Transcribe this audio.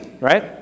right